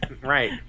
Right